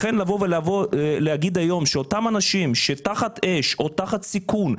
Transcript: לכן לבוא ולהגיד היום שאותם אנשים שתחת אש או תחת סיכון,